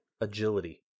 agility